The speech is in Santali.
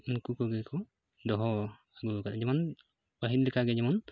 ᱩᱱᱠᱩ ᱠᱚᱜᱮ ᱠᱚ ᱫᱚᱦᱚ ᱟᱹᱜᱩ ᱟᱠᱟᱫᱼᱟ ᱡᱮᱢᱚᱱ ᱯᱟᱹᱦᱤᱞ ᱞᱮᱠᱟᱜᱮ ᱡᱮᱢᱚᱱ